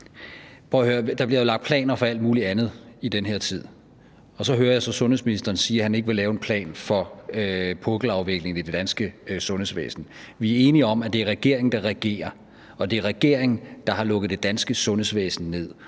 der bliver jo lagt planer for alt muligt andet i den her tid, og så hører jeg sundhedsministeren sige, at han ikke vil lave en plan for pukkelafvikling i det danske sundhedsvæsen. Vi er enige om, at det er regeringen, der regerer, og det er regeringen, der har lukket det danske sundhedsvæsen ned.